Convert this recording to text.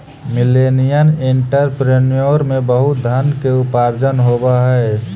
millennial entrepreneur में बहुत धन के उपार्जन होवऽ हई